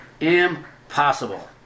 impossible